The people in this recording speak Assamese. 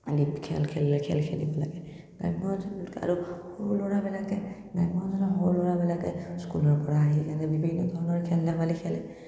আদিত খেল খেলিলে খেল খেলিব লাগে আৰু সৰু ল'ৰাবিলাকে সৰু ল'ৰাবিলাকে স্কুলৰ পৰা আহি কিনে বিভিন্ন ধৰণৰ খেল ধেমালি খেলে